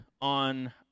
on